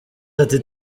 ati